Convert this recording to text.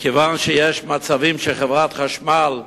מכיוון שיש מצבים שחברת החשמל,